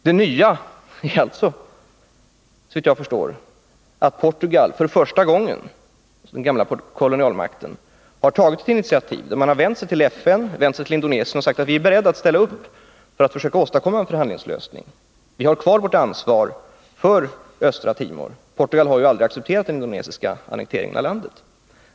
Det nya är såvitt jag förstår att Portugal, den gamla kolonialmakten, nu för första gången har tagit initiativ. Man har vänt sig till FN och till Indonesien och sagt: Vi är beredda att ställa upp för att försöka åstadkomma en förhandlingslösning. Vi har kvar vårt ansvar för Östra Timor. — Portugal har ju aldrig accepterat den indonesiska annekteringen av landet.